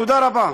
תודה רבה.